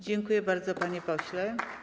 Dziękuję bardzo, panie pośle.